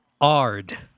Ard